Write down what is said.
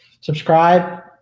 subscribe